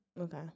Okay